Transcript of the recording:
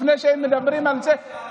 לפני שהם מדברים על זה,